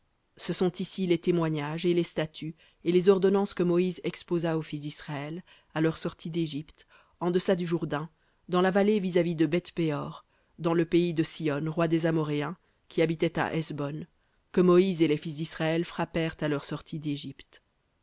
ce sont ici les témoignages et les statuts et les ordonnances que moïse exposa aux fils d'israël à leur sortie dégypte en deçà du jourdain dans la vallée vis-à-vis de beth péor dans le pays de sihon roi des amoréens qui habitait à hesbon que moïse et les fils d'israël frappèrent à leur sortie d'égypte